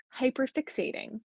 hyperfixating